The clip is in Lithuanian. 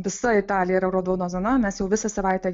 visa italija yra raudona zona mes jau visą savaitę